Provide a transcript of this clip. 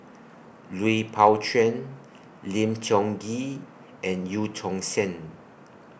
Lui Pao Chuen Lim Tiong Ghee and EU Tong Sen